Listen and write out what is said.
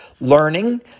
learning